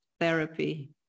therapy